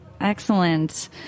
Excellent